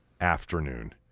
afternoon